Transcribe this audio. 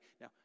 now